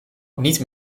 niet